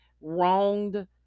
wronged